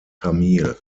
tamil